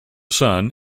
son